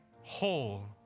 whole